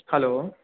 hello